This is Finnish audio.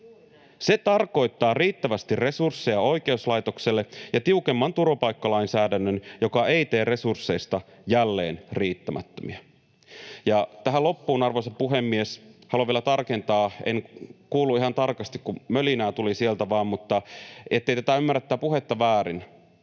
Se tarkoittaa riittävästi resursseja oikeuslaitokselle ja tiukempaa turvapaikkalainsäädäntöä, joka ei tee resursseista jälleen riittämättömiä. Ja tähän loppuun, arvoisa puhemies, haluan vielä tarkentaa — en kuullut ihan tarkasti, kun vain mölinää tuli sieltä — niin ettei tätä puhetta ymmärretä väärin,